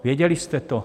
Věděli jste to?